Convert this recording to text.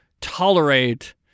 tolerate